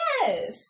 Yes